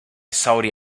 saudi